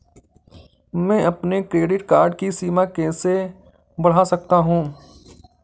मैं अपने credit card की सीमा कैसे बढ़ा सकता हूँ?